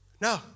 No